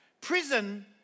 prison